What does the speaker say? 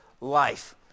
Life